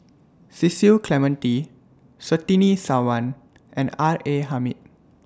Cecil Clementi Surtini Sarwan and R A Hamid